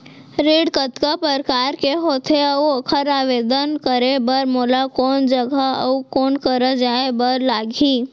ऋण कतका प्रकार के होथे अऊ ओखर आवेदन करे बर मोला कोन जगह अऊ कोन करा जाए बर लागही?